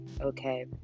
okay